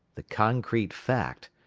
the concrete fact,